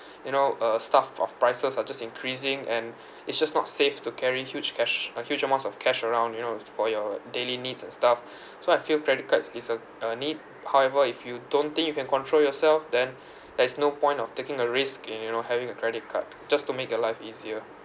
you know uh stuff of prices are just increasing and it's just not safe to carry huge cash a huge amounts of cash around you know for your daily needs and stuff so I feel credit card is is a a need however if you don't think you can control yourself then there is no point of taking a risk in you know having a credit card just to make your life easier